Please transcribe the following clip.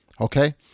Okay